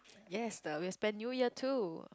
yes the we are spend New Year too